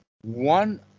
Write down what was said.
One